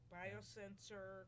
biosensor